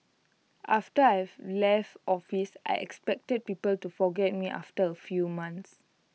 after I've left office I expected people to forget me after A few months